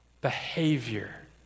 behavior